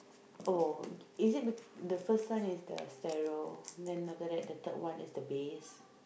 oh is it becau~ the first one is the stereo then after that the third one is the bass